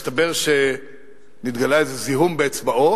מסתבר שנתגלה איזה זיהום באצבעו,